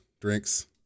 drinks